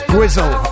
Grizzle